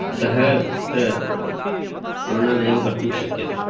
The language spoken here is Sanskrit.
अतः अत्र तुलना नैव कर्तुं शक्यते